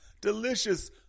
delicious